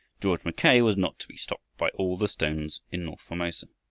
george mackay was not to be stopped by all the stones in north formosa.